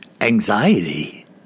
Anxiety